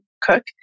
cook